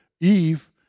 Eve